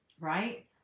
Right